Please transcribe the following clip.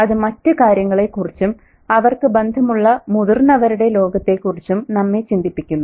അത് മറ്റ് കാര്യങ്ങളെക്കുറിച്ചും അവർക്ക് ബന്ധമുള്ള മുതിർന്നവരുടെ ലോകത്തെക്കുറിച്ചും നമ്മെ ചിന്തിപ്പിക്കുന്നു